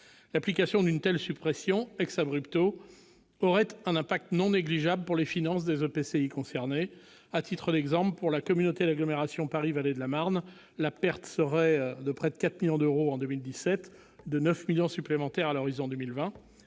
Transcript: L'application d'une telle abrogation aurait un impact non négligeable pour les finances des EPCI concernés. À titre d'exemple, pour la communauté d'agglomération Paris-Vallée de la Marne, la perte serait de près de 4 millions d'euros en 2017 et de 9 millions supplémentaires à l'horizon 2020